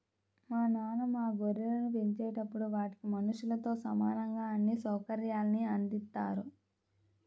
మా నాన్న మా గొర్రెలను పెంచేటప్పుడు వాటికి మనుషులతో సమానంగా అన్ని సౌకర్యాల్ని అందిత్తారు